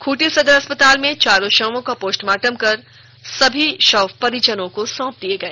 खूंटी सदर अस्पताल में चारों शवों का पोस्टमार्टम कर सभी शव परिजनों को सौंप दिए गए